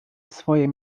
swoje